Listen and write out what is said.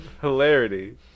Hilarity